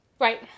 right